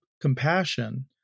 compassion